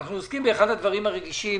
אנחנו עוסקים באחד הדברים הרגישים